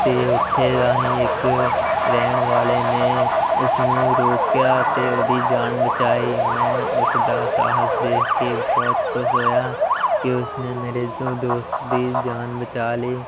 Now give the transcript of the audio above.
ਅਤੇ ਉੱਥੇ ਦਾ ਹੀ ਇੱਕ ਰਹਿਣ ਵਾਲੇ ਨੇ ਉਸਨੂੰ ਰੋਕਿਆ ਅਤੇ ਉਹਦੀ ਜਾਨ ਬਚਾਈ ਮੈਂ ਉਸ ਦਾ ਸਾਹਸ ਦੇਖ ਕੇ ਬਹੁਤ ਖੁਸ਼ ਹੋਇਆ ਕਿ ਉਸਨੇ ਮੇਰੇ ਜੋ ਦੋਸਤ ਦੀ ਜਾਨ ਬਚਾ ਲਈ